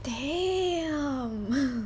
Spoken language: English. damn